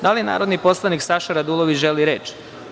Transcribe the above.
Da li narodni poslanik Saša Radulović želi reč?